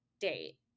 date